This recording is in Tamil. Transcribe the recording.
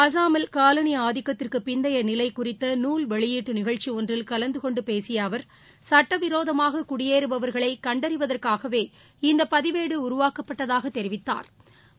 அசாமில் காலனி ஆதிக்கத்திற்கு பிந்தைய நிலை குறித்த நூல் வெளியிட்டு நிகழ்ச்சி ஒன்றில் கலந்து கொண்டு பேசிய அவர் சுட்ட விரோதமாக குடியேறுபவர்களை கண்டறிவதற்காகவே இந்த பதிவேடு உருவாக்கப்பட்டதாக தெரிவித்தாா்